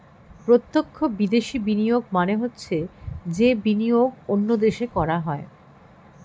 প্রত্যক্ষ বিদেশি বিনিয়োগ মানে হচ্ছে যে বিনিয়োগ অন্য দেশে করা হয়